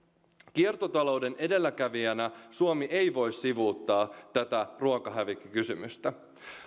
kiertotalouden edelläkävijänä suomi ei voi sivuuttaa tätä ruokahävikkikysymystä